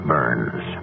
Burns